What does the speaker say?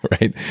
right